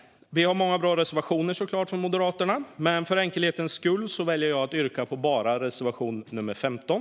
Vi har många bra reservationer från Moderaterna, såklart, men för enkelhetens skull väljer jag att yrka bifall bara till reservation nr 15.